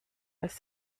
als